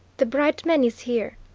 the bright man is here,